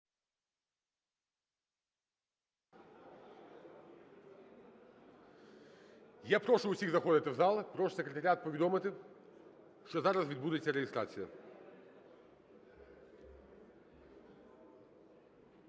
Я прошу всіх заходити в зал, прошу Секретаріат повідомити, що зараз відбудеться реєстрація.